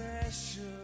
special